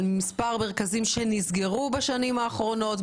על מספר מרכזים שנסגרו בשנים האחרונות,